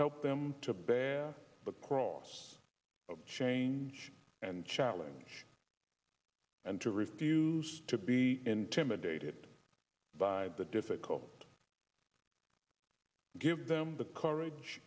help them to bear but process of change and challenge and to refuse to be intimidated by the difficulties give them the courage